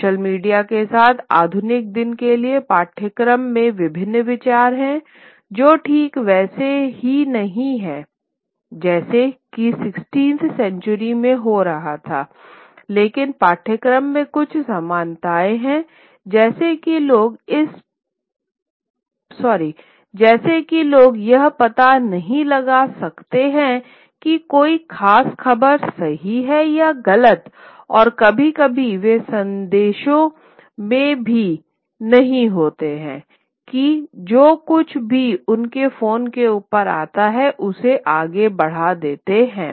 social media के साथ आधुनिक दिन के लिए पाठ्यक्रम के विभिन्न विचार हैं जो ठीक वैसा ही नहीं है जैसा कि 16 वीं शताब्दी में हो रहा था लेकिन पाठ्यक्रम में कुछ समानताएं हैं जैसे की लोग यह पता नहीं लगा सकते हैं कि कोई खास खबर सही है या गलत और कभी कभी वे संदेह में भी नहीं होते हैं कि जो कुछ भी उनके फोन के ऊपर आता है उसे आगे बढ़ाते हैं